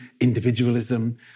individualism